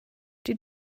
die